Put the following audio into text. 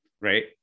right